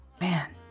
man